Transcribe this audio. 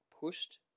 pushed